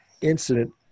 incident